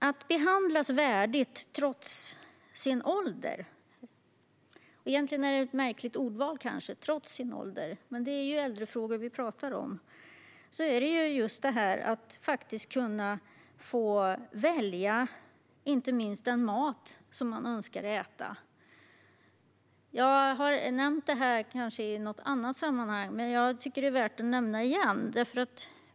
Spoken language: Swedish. Att behandlas värdigt trots sin ålder - vilket kanske är ett märkligt ordval, men det är ju äldrefrågor vi talar om - innebär inte minst att man kan få välja den mat som man önskar äta. Jag har kanske nämnt detta i något annat sammanhang, men jag tycker att det är värt att nämna igen.